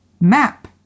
Map